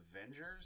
Avengers